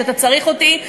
שאתה צריך אותי,